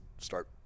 Start